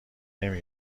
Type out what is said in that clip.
نمی